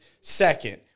Second